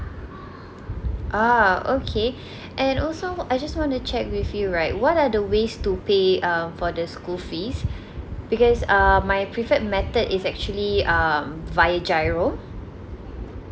ah okay and also I just want to check with you right what are the ways to pay um for the school fees because uh my preferred method is actually um via G_I_R_O